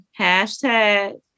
hashtag